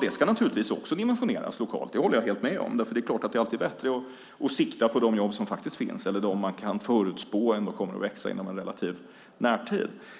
Det ska naturligtvis också dimensioneras lokalt. Det håller jag helt med om. Det är alltid bättre att sikta på de jobb som faktiskt finns eller dem man kan förutspå kommer att växa inom en relativt närliggande